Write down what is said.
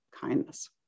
kindness